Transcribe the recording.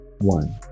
one